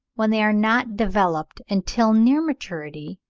when they are not developed until near maturity,